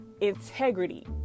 integrity